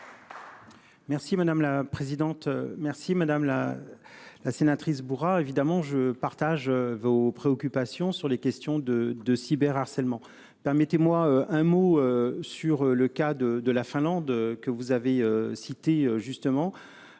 Merci madame la présidente. Merci madame la. La sénatrice évidemment je. Je partage vos préoccupations sur les questions de de cyber harcèlement permettez-moi un mot sur le cas de, de la Finlande, que vous avez cité justement